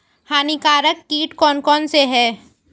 हानिकारक कीट कौन कौन से हैं?